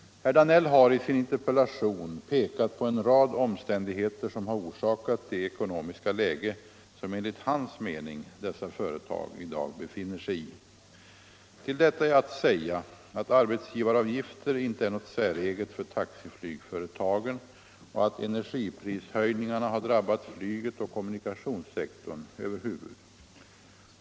Herr Danell har i sin interpellation pekat på en rad omständigheter som har orsakat det ekonomiska läge som enligt hans mening dessa företag i dag befinner sig i. Till detta är att säga att arbetsgivaravgifter inte är något säreget för taxiflygföretagen och att energiprishöjningarna har drabbat flyget och kommunikationssektorn över huvud.